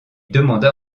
demanda